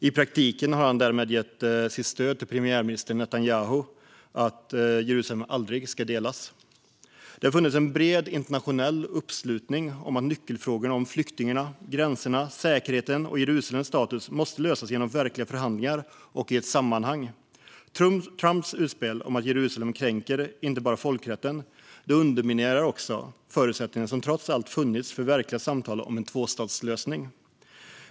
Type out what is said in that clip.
I praktiken har han därmed gett sitt stöd till premiärminister Netanyahu och till att Jerusalem aldrig ska delas. Det har funnits en bred internationell uppslutning om att nyckelfrågorna om flyktingarna, gränserna, säkerheten och Jerusalems status måste lösas genom verkliga förhandlingar och i ett sammanhang. Trumps utspel om Jerusalem kränker inte bara folkrätten utan underminerar också den förutsättning som trots allt har funnits för verkliga samtal om en tvåstatslösning.